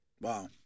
Wow